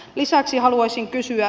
lisäksi haluaisin kysyä